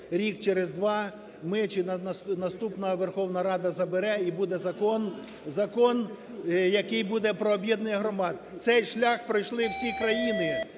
рік, через два ми чи наступна Верховна Рада забере і буде закон... закон буде про об'єднання громад. Цей шлях пройшли всі країни,